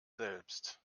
selbst